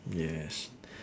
yes